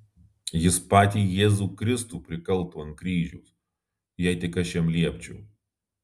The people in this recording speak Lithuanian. jis patį jėzų kristų prikaltų ant kryžiaus jei tik aš jam liepčiau